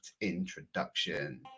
introduction